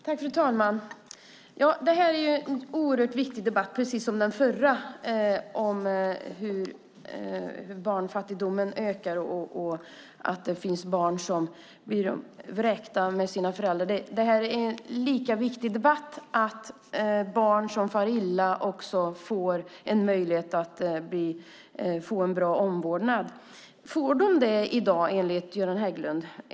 Fru talman! Det här är en oerhört viktig debatt, precis som den förra, om hur barnfattigdomen ökar och att det finns barn som blir vräkta med sina föräldrar. Det här är en lika viktig debatt om att barn som far illa också får möjlighet att få en bra omvårdnad. Får de det i dag enligt Göran Hägglund?